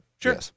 Sure